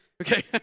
Okay